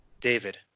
david